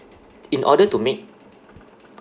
in order to make